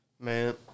Man